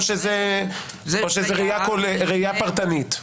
או שזה ראייה פרטנית.